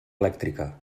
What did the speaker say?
elèctrica